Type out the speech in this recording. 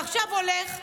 ועכשיו הולך.